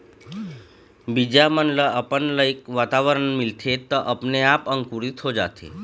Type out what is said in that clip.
बीजा मन ल अपन लइक वातावरन मिलथे त अपने आप अंकुरित हो जाथे